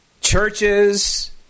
churches